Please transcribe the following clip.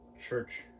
church